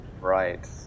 Right